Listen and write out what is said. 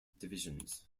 divisions